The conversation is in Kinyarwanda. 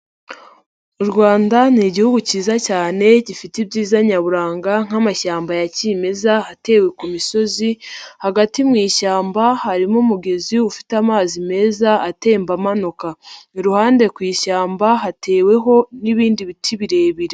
U Rwanda ni igihugu cyiza cyane gifite ibyiza nyaburanga nk'amashyamba ya kimeza atewe ku misozi, hagati mu ishyamba harimo umugezi ufite amazi meza atemba amanuka. Iruhande ku ishyamba hateweho n'ibindi biti birebire.